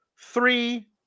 three